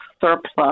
surplus